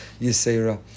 Yisera